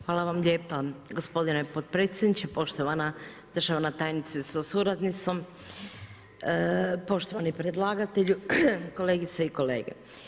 Hvala vam lijepa gospodine potpredsjedniče, poštovana državna tajnice sa suradnicom, poštovani predlagatelju, kolegice i kolege.